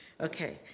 Okay